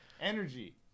Energy